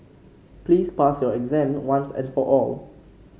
please pass your exam once and for all